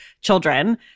children